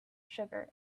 sugar